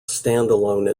standalone